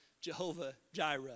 Jehovah-Jireh